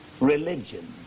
religion